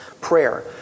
prayer